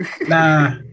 Nah